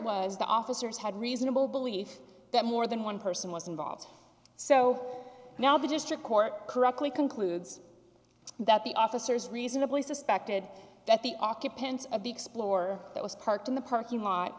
was the officers had reasonable belief that more than one person was involved so now the district court correctly concludes that the officers reasonably suspected that the occupant of the explore that was parked in the parking